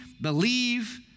believe